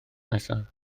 nesaf